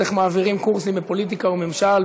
איך מעבירים קורסים בפוליטיקה וממשל,